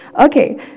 Okay